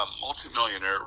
multimillionaire